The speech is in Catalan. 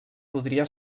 podria